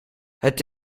het